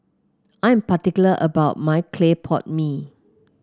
I'm particular about my Clay Pot Mee